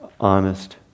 honest